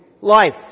life